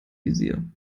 visier